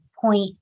point